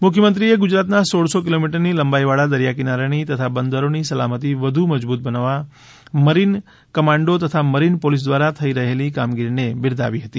મુખ્યમંત્રીએ ગુજરાતના સોળસો કિલોમીટરની લંબાઈવાળા દરીયાકિનારાની તથા બંદરોની સલામતી વધુ મજબૂત બનવા મરીન કમાન્ડો તથા મરીન પોલીસ દ્વારા થઈ રહેલી કામગીરીને બીરદાવી હતી